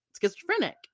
schizophrenic